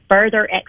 further